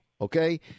okay